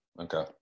Okay